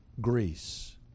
Greece